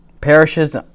parishes